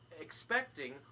Expecting